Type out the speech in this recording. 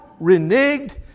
reneged